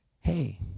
hey